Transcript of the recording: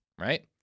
right